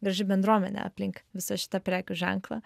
graži bendruomenė aplink visą šitą prekių ženklą